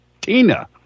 Tina